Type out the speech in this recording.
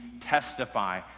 testify